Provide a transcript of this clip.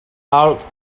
out